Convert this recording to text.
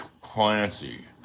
Clancy